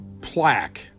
plaque